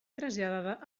traslladada